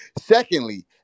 Secondly